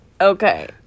Okay